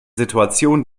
situation